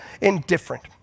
indifferent